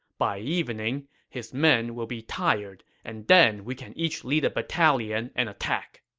by evening, his men will be tired, and then we can each lead a battalion and attack.